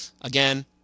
Again